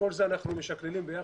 כל זה אנחנו משקללים ביחד